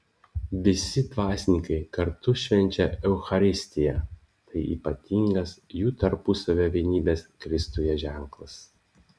visi dvasininkai kartu švenčia eucharistiją tai ypatingas jų tarpusavio vienybės kristuje ženklas